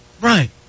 right